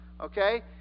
okay